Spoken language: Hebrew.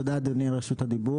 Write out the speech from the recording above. תודה אדוני על רשות הדיבור,